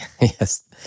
Yes